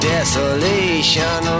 Desolation